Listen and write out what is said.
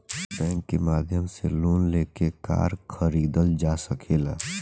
bank के माध्यम से लोन लेके कार खरीदल जा सकेला